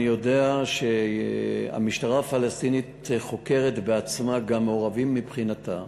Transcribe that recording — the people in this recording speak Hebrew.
אני יודע שהמשטרה הפלסטינית חוקרת בעצמה גם מעורבים מבחינתה.